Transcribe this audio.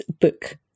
book